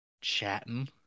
chatting